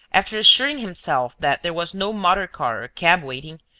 after assuring himself that there was no motor-car or cab waiting,